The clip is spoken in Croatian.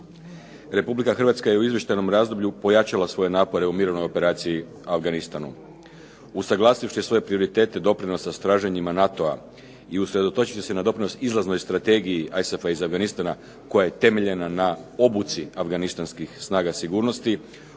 Republika Hrvatska je u izvještajnom razdoblju pojačala svoje napore u mirovnoj operaciji u Afganistanu usuglasivši svoje prioritete doprinosa s traženjima NATO-a i usredotočiti se na doprinos izlaznoj strategiji ISAF-a iz Afganistana koja je temeljena na obuci afganistanskih snaga sigurnosti.